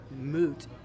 moot